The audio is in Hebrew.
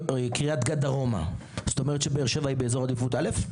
קריית גת דרומה זאת אומרת שבאר שבע היא באזור עדיפות א'?